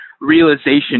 realization